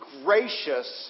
gracious